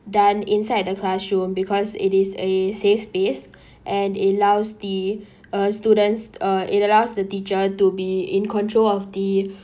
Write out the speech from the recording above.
done inside the classroom because it is a safe space and it allows the uh students uh it allows the teacher to be in control of the